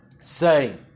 say